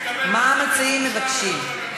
מה המציעים מבקשים?